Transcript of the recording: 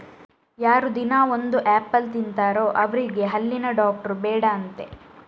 ಯಾರು ದಿನಾ ಒಂದು ಆಪಲ್ ತಿಂತಾರೋ ಅವ್ರಿಗೆ ಹಲ್ಲಿನ ಡಾಕ್ಟ್ರು ಬೇಡ ಅಂತೆ